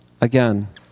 again